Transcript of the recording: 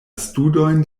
studojn